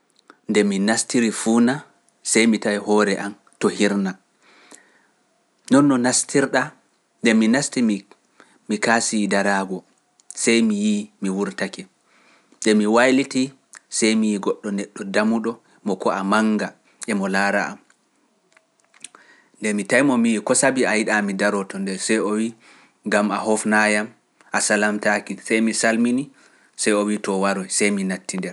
Nde mi naastiri fuuna, sey mi tawi hoore am to hirna, noon no naastirɗa, nde mi naasti mi, mi kaasii daraago, sey mi yii mi wurtake, nde mi waylitii, sey mi yii goɗɗo neɗɗo dammuɗo mo ko a mannga, emo laara am. nde mi tawi mo mi yii ko sabi a yiɗaa mi daroto nde, sey o wii, ngam a hofnaa yam, a salamtaaki, sey mi salmini, sey o wii too waroy, sey mi natti nder.